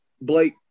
Blake